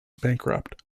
bankrupt